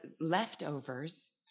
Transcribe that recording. leftovers